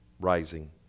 Rising